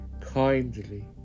kindly